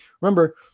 Remember